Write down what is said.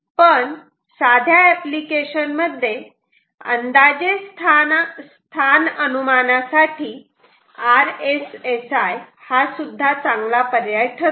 पण साध्या एप्लिकेशन्स मध्ये अंदाजे स्थान अनुमाना साठी RSSI हा सुद्धा चांगला पर्याय ठरतो